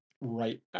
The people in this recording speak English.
right